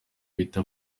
bita